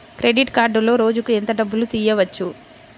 Credit కార్డులో రోజుకు ఎంత డబ్బులు తీయవచ్చు?